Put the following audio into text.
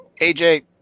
AJ